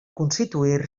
constituir